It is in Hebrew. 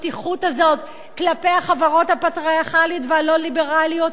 הפתיחות הזאת כלפי החברות הפטריארכליות והלא-ליברליות,